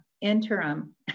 interim